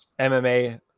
MMA